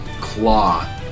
claw